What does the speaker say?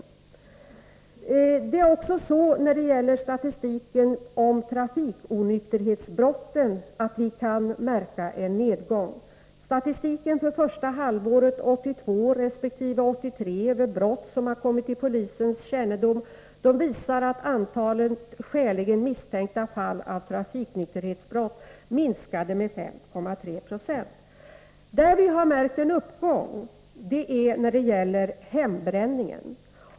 Även när det gäller statistiken över trafikonykterhetsbrotten kan vi märka en nedgång. Statistiken för första halvåret 1982 resp. 1983 över brott som har kommit till polisens kännedom visar att antalet skäligen misstänkta fall av trafikonykterhetsbrott minskade med 5,3 9. Det område där man har märkt en uppgång är hembränningen.